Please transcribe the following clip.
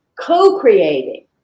co-creating